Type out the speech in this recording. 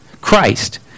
Christ